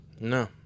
No